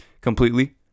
completely